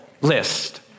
list